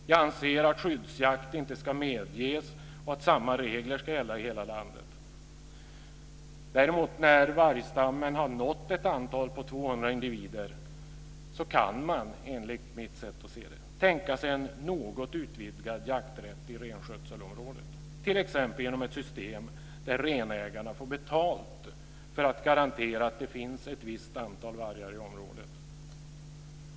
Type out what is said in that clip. Jag anser att skyddsjakt inte ska medges, och att samma regler ska gälla i hela landet. När vargstammen däremot har nått ett antal av 200 individer kan man enligt mitt sätt att se det tänka sig en något utvidgad jakträtt i renskötselområdet, t.ex. genom ett system där renägarna får betalt för att garantera att det finns ett visst antal vargar i området.